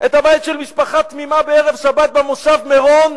את הבית של משפחה תמימה בערב שבת במושב מירון,